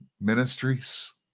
ministries